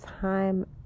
time